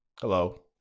Hello